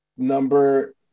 Number